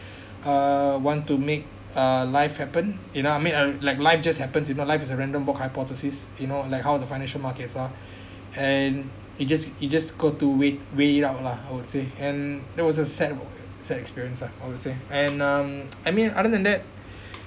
uh want to make uh life happened you know I mean like life just happens you know life is a random book hypothesis you know like how the financial markets are and you just you just got to weigh weigh it out lah I would say and that was a sad sad experience ah I would I say and um I mean other than that